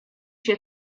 się